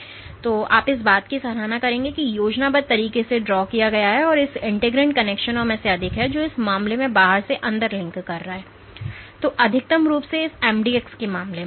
इसलिए आप इस बात की सराहना करेंगे कि योजनाबद्ध तरीके से ड्रा किया गया है इन इंटीग्रिन कनेक्शनों में से अधिक हैं जो इस मामले में बाहर से अंदर तक लिंक करते हैं और अधिकतम रूप से इस mdx मामले में